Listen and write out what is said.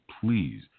please